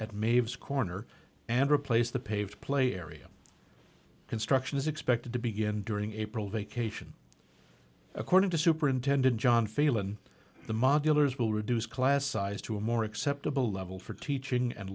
mavis corner and replace the paved play area construction is expected to begin during april vacation according to superintendent john failon the modeler's will reduce class size to a more acceptable level for teaching and